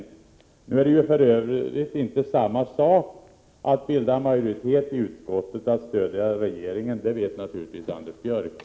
Att bilda majoritet i utskottet är för övrigt inte samma sak som att stödja regeringen, det vet naturligtvis Anders Björck.